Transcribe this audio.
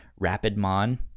Rapidmon